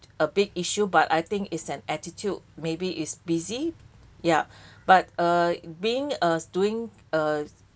a big issue but I think it's an attitude maybe it's busy yup but uh being uh doing uh